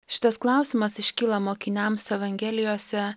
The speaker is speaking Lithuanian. šitas klausimas iškyla mokiniams evangelijose